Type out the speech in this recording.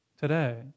today